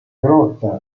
grotta